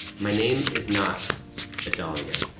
my name is not adalia,